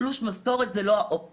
תלוש משכורת זה לא העניין,